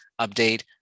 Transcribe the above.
update